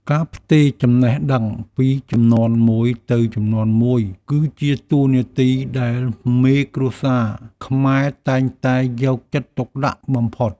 ការផ្ទេរចំណេះដឹងពីជំនាន់មួយទៅជំនាន់មួយ គឺជាតួនាទីដែលមេគ្រួសារខ្មែរតែងតែយកចិត្តទុកដាក់បំផុត។